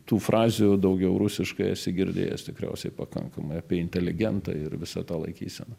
tų frazių daugiau rusiškai esi girdėjęs tikriausiai pakankamai apie inteligentą ir visą tą laikyseną